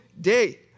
day